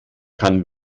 kann